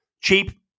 cheap